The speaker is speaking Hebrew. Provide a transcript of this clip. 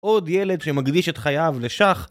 עוד ילד שמקדיש את חייו לשח